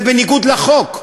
זה בניגוד לחוק.